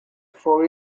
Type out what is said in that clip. for